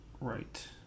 Right